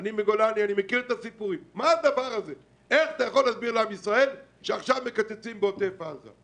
יכול להסביר את זה שעכשיו מקצצים בעוטף עזה?